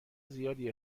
زیادی